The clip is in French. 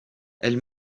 elle